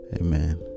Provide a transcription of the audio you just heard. Amen